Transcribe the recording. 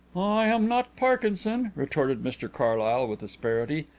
i am not parkinson, retorted mr carlyle, with asperity,